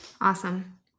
Awesome